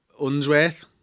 Unsworth